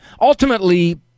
Ultimately